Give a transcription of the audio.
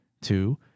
Two